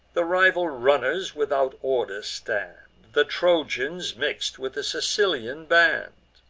the rival runners without order stand the trojans mix'd with the sicilian band.